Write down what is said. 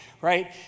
right